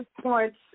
points